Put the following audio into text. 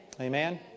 Amen